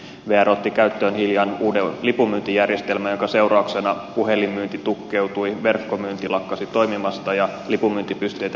vr otti käyttöön hiljan uuden lipunmyyntijärjestelmän jonka seurauksena puhelinmyynti tukkeutui verkkomyynti lakkasi toimimasta ja lipunmyyntipisteitä jouduttiin sulkemaan